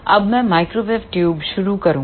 अब मैं microwave tube शुरू करूँगा